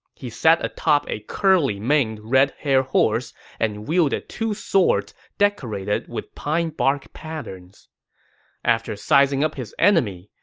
he sat atop a curly-maned red hare horse and wielded two swords decorated with pine bark patterns after sizing up his enemy,